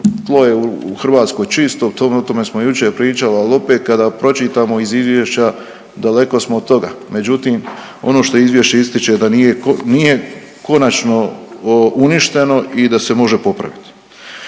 tlo je u Hrvatskoj čisto, o tome, o tome smo jučer pričali, al opet kada pročitamo iz izvješća daleko smo od toga, međutim ono što izvješće ističe da nije ko…, nije konačno uništeno i da se može popraviti.